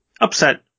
upset